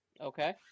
Okay